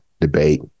debate